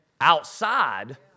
outside